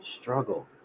struggle